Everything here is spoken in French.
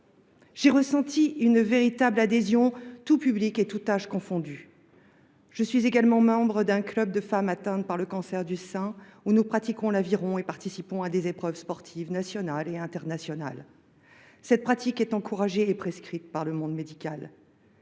J’ai ressenti une véritable adhésion, tous publics et tous âges confondus. Je suis également membre d’un club de femmes atteintes par le cancer du sein, où nous pratiquons l’aviron et participons à des épreuves sportives nationales et internationales. Cette pratique est encouragée et prescrite par le monde médical.